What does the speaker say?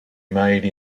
made